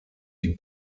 die